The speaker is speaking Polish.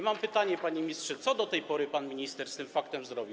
Mam pytanie, panie ministrze: Co do tej pory pan minister z tym faktem zrobił?